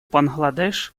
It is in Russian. бангладеш